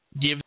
give